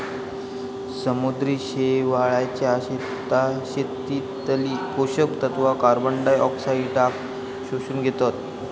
समुद्री शेवाळाच्या शेतीतली पोषक तत्वा कार्बनडायऑक्साईडाक शोषून घेतत